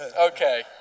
Okay